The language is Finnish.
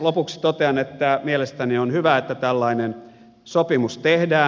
lopuksi totean että mielestäni on hyvä että tällainen sopimus tehdään